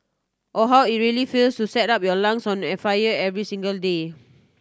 or how it really feels to set up your lungs on an fire every singles day